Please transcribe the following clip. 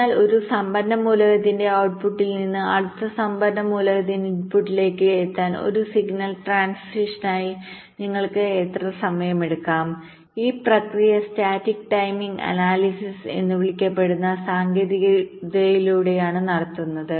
അതിനാൽ ഒരു സംഭരണ മൂലകത്തിന്റെ ഔട്ട്പുട്ടിൽ നിന്ന് അടുത്ത സംഭരണ ഘടകത്തിന്റെ ഇൻപുട്ടിലേക്ക് എത്താൻ ഒരു സിഗ്നൽ ട്രാൻസിഷനായി നിങ്ങൾക്ക് എത്ര സമയമെടുക്കും ഈ പ്രക്രിയ സ്റ്റാറ്റിക് ടൈമിംഗ് അനാലിസിസ്എന്ന് വിളിക്കപ്പെടുന്ന സാങ്കേതികതയിലൂടെയാണ് നടത്തുന്നത്